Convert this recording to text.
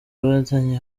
bahatanye